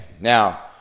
Now